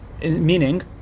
Meaning